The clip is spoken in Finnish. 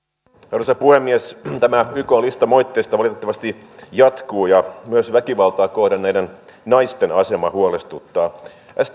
arvoisa puhemies tämä ykn lista moitteista valitettavasti jatkuu ja myös väkivaltaa kohdanneiden naisten asema huolestuttaa